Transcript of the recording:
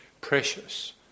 precious